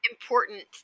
important